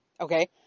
Okay